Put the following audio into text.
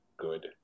Good